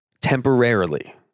temporarily